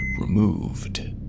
removed